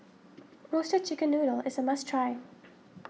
Roasted Chicken Noodle is a must try